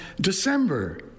December